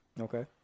Okay